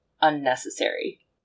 unnecessary